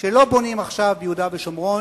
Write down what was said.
שלא בונים עכשיו ביהודה ושומרון,